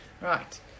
Right